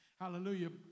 Hallelujah